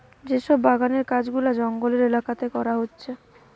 যে সব বাগানের কাজ গুলা জঙ্গলের এলাকাতে করা হচ্ছে